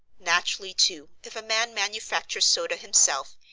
naturally, too, if a man manufactures soda himself,